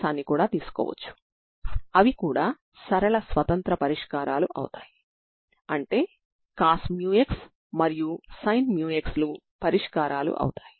సాధారణ పరిష్కారం Xx2cosh μx అవుతుంది